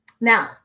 Now